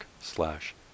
slash